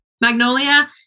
Magnolia